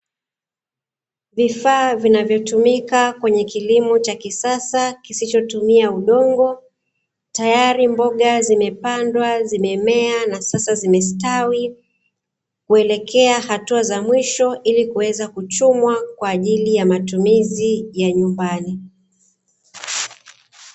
Vifaa vinavyotumika kwenye kilimo cha kisasa kisichotumia udongo, tayari mboga zimepandwa, zimemea na sasa zimestawi kuelekea hatua za mwisho ili kuweza kuchumwa kwa ajili ya matumizi ya nyumbani.